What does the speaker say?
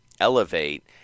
elevate